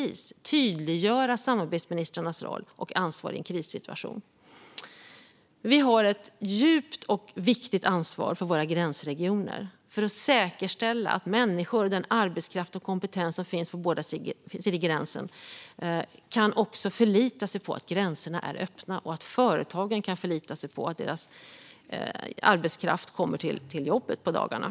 Vi ska tydliggöra samarbetsministrarnas roll och ansvar i en krissituation. Vi har ett djupt och viktigt ansvar för våra gränsregioner, för att säkerställa att människor och den arbetskraft och kompetens som finns på båda sidor om gränserna kan förlita sig på att gränserna är öppna och att företagen kan förlita sig på att deras arbetskraft kommer till jobbet på dagarna.